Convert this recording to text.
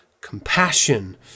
compassion